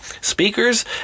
speakers